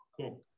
cool